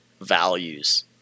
values